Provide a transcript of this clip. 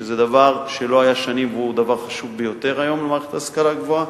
שזה דבר שלא היה שנים והוא דבר חשוב ביותר היום למערכת ההשכלה הגבוהה.